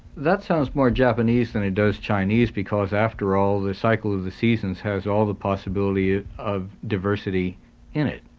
that sounds more japanese than it does chinese because after all the cycle of the seasons has all the possibility of diversity in it.